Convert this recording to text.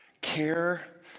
care